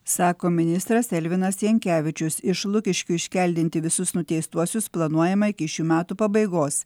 sako ministras elvinas jankevičius iš lukiškių iškeldinti visus nuteistuosius planuojama iki šių metų pabaigos